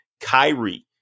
Kyrie